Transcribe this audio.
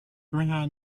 ran